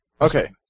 Okay